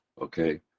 okay